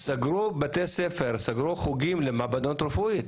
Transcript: סגרו בתי ספר וסגרו חוגים למעבדות רפואיות,